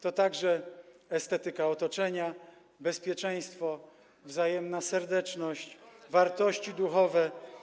To także estetyka otoczenia, bezpieczeństwo, wzajemna serdeczność, wartości duchowe.